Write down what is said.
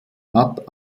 hat